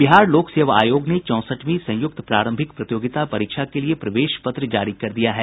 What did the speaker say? बिहार लोक सेवा आयोग ने चौसठवीं संयुक्त प्रारंभिक प्रतियोगिता परीक्षा के लिए प्रवेश पत्र जारी कर दिया है